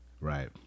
Right